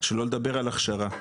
שלא לדבר על הכשרה.